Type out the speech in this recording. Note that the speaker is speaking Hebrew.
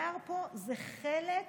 היער פה זה חלק